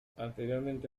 anteriormente